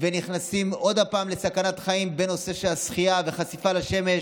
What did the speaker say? ונכנסים עוד הפעם לסכנת חיים בנושא השחייה והחשיפה לשמש.